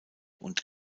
und